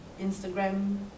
Instagram